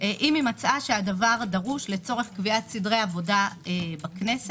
אם מצאה שהדבר דרוש לצורך קביעת סדרי עבודה בכנסת.